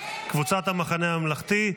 קבוצת המחנה הממלכתי,